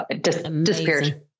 Disappeared